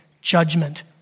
judgment